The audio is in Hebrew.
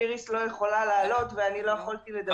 איריס לא יכולה לעלות ואני לא יכולתי לדבר קודם.